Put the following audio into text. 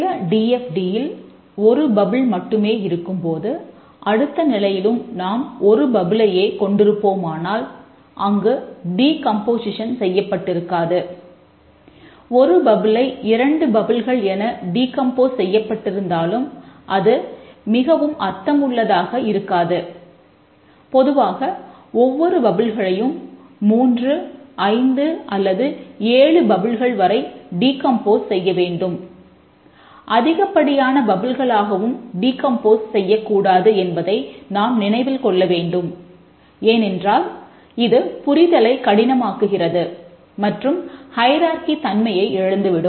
சில D F T தன்மையை இழந்துவிடும்